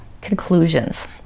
conclusions